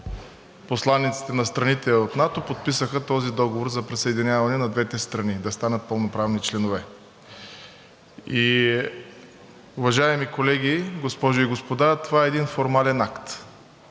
посланиците на страните от НАТО подписаха този договор за присъединяване на двете страни да станат пълноправни членове. И уважаеми колеги, госпожи и господа, това е един формален акт,